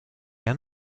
han